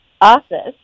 office